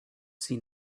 seen